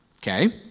Okay